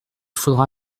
faudra